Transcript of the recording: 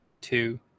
two